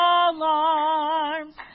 alarms